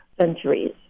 centuries